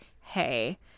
hey